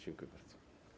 Dziękuję bardzo.